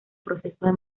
procesos